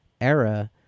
era